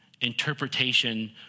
interpretation